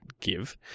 give